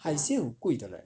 海鲜很贵的 leh